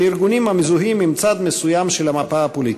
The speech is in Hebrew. ארגונים המזוהים עם צד מסוים של המפה הפוליטית.